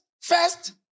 first